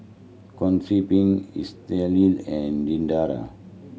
Concepcion Estell and Diandra